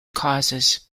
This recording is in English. causes